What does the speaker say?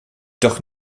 doch